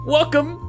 Welcome